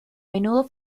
menudo